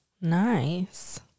Nice